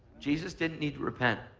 jesus didn't need to repent.